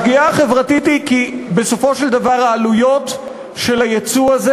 השגיאה החברתית היא כי בסופו של דבר העלויות של הייצוא הזה